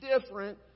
different